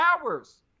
hours